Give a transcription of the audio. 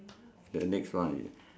okay next one is